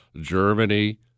Germany